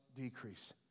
decrease